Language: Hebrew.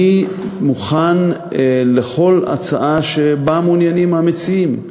אני מוכן לכל הצעה שבה מעוניינים המציעים,